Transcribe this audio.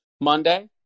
monday